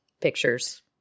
pictures